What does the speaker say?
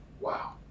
Wow